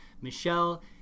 Michelle